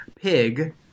Pig